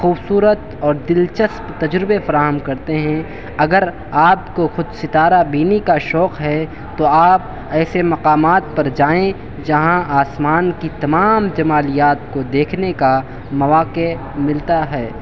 خوبصورت اور دلچسپ تجربے فراہم کرتے ہیں اگر آپ کو خود ستارہ بینی کا شوق ہے تو آپ ایسے مقامات پر جائیں جہاں آسمان کی تمام جمالیات کو دیکھنے کا مواقع ملتا ہے